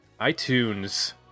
iTunes